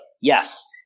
yes